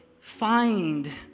find